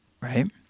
right